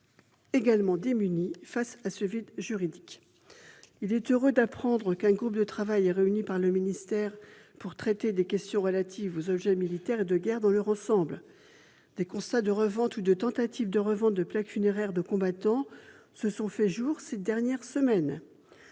également démunis face à ce vide juridique. Il est heureux qu'un groupe de travail soit réuni par le ministère pour traiter des questions relatives aux objets militaires et de guerre dans leur ensemble. Des constats de revente ou de tentative de revente de plaques funéraires de combattants se sont fait jour au cours des dernières semaines.